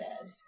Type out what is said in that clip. says